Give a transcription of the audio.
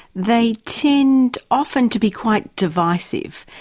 they tend often to be quite divisive.